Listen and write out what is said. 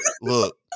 Look